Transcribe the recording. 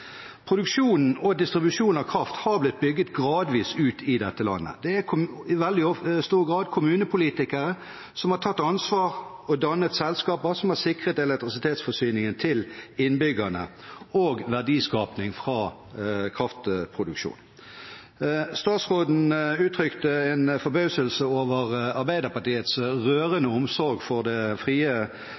Produksjonen og distribusjonen av kraft har blitt bygget gradvis ut i dette landet. Det er i veldig stor grad kommunepolitikere som har tatt ansvar og dannet selskaper som har sikret elektrisitetsforsyningen til innbyggerne og verdiskaping fra kraftproduksjon. Statsråden uttrykte en forbauselse over Arbeiderpartiets rørende omsorg for det frie